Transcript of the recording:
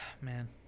Man